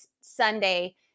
Sunday